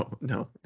No